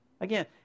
Again